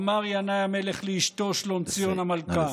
אמר ינאי המלך לאשתו שלומציון המלכה,